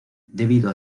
debido